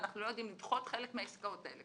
ואנחנו לא יודעים לדחות חלק מהעסקאות האלה.